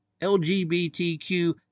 LGBTQ